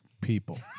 people